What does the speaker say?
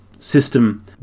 system